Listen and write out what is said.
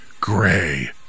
Gray